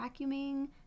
vacuuming